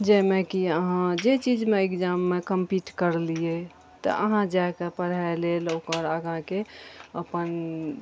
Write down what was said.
जाहिमे की अहाँ जे चीजमे एग्जाममे कम्पीट करलियै तऽ अहाँ जा कए पढ़ाइ लेल ओकर आगाँके अपन